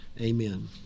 Amen